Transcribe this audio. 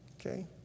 Okay